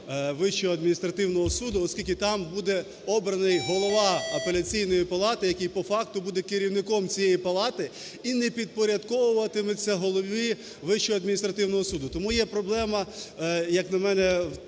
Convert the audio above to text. Вищого адміністративного суду, оскільки там буде обраний Голова Апеляційної палати, який по факту буде керівником цієї палати і не підпорядковуватиметься Голові Вищого адміністративного суду. Тому є проблема, як на мене,